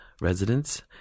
residents